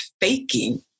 faking